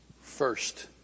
first